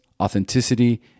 Authenticity